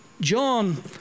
John